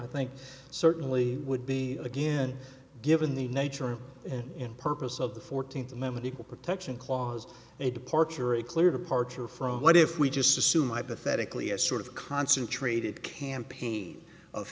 i think certainly would be again given the nature and in purpose of the fourteenth amendment equal protection clause a departure a clear departure from what if we just assume i pathetically a sort of concentrated campaign of